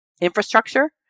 infrastructure